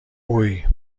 هووی